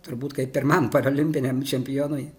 turbūt kaip pirmam parolimpiniam čempionui